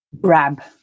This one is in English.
Grab